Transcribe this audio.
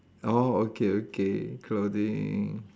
oh okay okay clothing